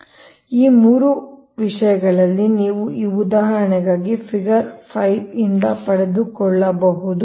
ಆದ್ದರಿಂದ ಈ 3 ವಿಷಯಗಳನ್ನು ನೀವು ಈಗ ಈ ಉದಾಹರಣೆಗಾಗಿ ಫಿಗರ್ 5 ರಿಂದ ಪಡೆದುಕೊಳ್ಳಬಹುದು